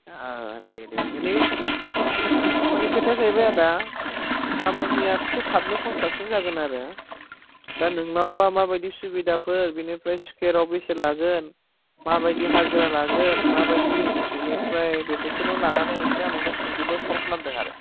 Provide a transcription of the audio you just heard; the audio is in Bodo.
दे दे माने खोथाया जाहैबाय आदा खामानिया एसे थाबनो कनस्ट्राकसन जागोन आरो दा नोंनावबा माबायदि सुबिदाफोर बिनिफ्राय स्कुवेराव बेसे लागोन माबायदि हाजिरा लागोन माबायदि बिनिफ्राय बेफोरखौनो लानानै एसे नोंनाव सोंनो कल खालामदों आरो